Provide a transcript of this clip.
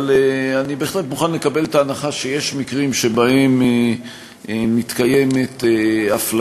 אבל אני בהחלט מוכן לקבל את ההנחה שיש מקרים שבהם מתקיימת אפליה,